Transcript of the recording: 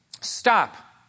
Stop